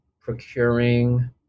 procuring